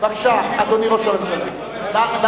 אדוני ראש הממשלה, בבקשה.